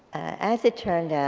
as it turned out,